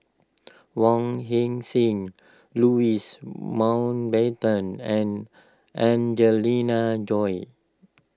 Wong Heck Sing Louis Mountbatten and Angelina Choy